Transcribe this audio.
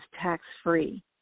tax-free